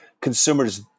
consumers